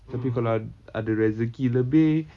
tapi kalau ad~ ada rezeki lebih